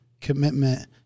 commitment